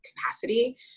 capacity